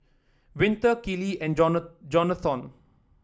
Winter Kellee and Jona Jonathon